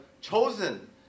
chosen